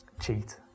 cheat